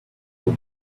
will